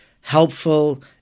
helpful